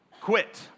quit